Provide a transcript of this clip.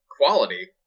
quality